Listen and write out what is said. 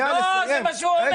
לא, זה מה שהוא אומר.